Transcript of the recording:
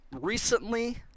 recently –